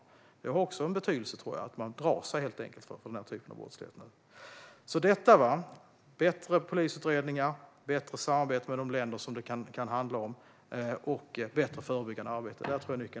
Detta tror jag också har betydelse; man drar sig helt enkelt nu från att begå den här typen av brottslighet. Jag tror alltså att nyckeln finns i bättre polisutredningar, bättre samarbete med de länder som det kan handla om och ett bättre förebyggande arbete.